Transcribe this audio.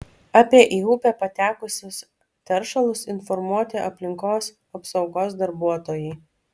apie į upę patekusius teršalus informuoti aplinkos apsaugos darbuotojai